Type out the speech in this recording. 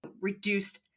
reduced